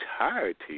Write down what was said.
entirety